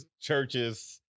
churches